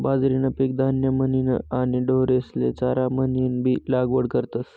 बाजरीनं पीक धान्य म्हनीन आणि ढोरेस्ले चारा म्हनीनबी लागवड करतस